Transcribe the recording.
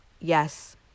Yes